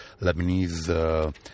Lebanese